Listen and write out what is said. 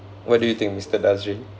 what do you think mister dazrin